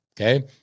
okay